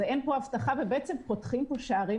אין פה הבטחה ובעצם פותחים פה שערים,